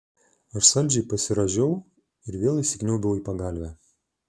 aš saldžiai pasirąžiau ir vėl įsikniaubiau į pagalvę